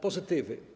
Pozytywy.